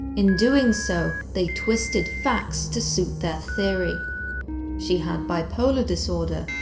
in doing so, they twisted facts to suit their theory she had bipolar disorder,